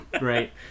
Right